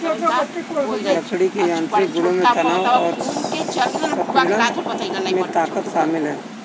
लकड़ी के यांत्रिक गुणों में तनाव और संपीड़न में ताकत शामिल है